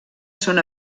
són